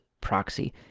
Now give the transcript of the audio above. proxy